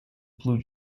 blue